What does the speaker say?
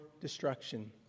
destruction